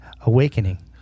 awakening